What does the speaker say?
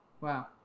Wow